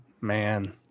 Man